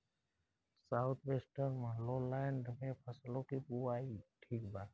South western lowland में फसलों की बुवाई ठीक बा?